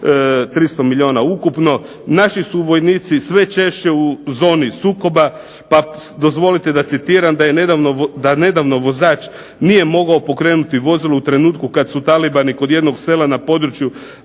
300 milijuna ukupno. Naši su vojnici sve češće u zoni sukoba pa dozvolite da je citiram da nedavno vozač nije mogao pokrenuti vozilo u trenutku kad su talibani kod jednog sela na području